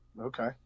Okay